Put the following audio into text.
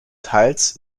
teils